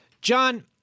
John